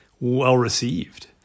well-received